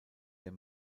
der